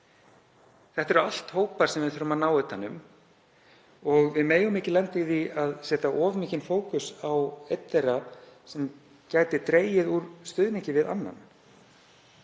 Þetta eru allt hópar sem við þurfum að ná utan um og við megum ekki lenda í því að setja of mikinn fókus á einn þeirra sem gæti dregið úr stuðningi við annan.